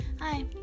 hi